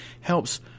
helps